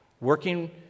working